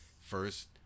first